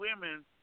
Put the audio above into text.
women